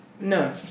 No